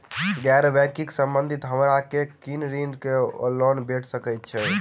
गैर बैंकिंग संबंधित हमरा केँ कुन ऋण वा लोन भेट सकैत अछि?